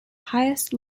highest